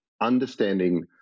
understanding